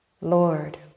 Lord